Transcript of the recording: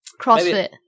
CrossFit